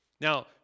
Now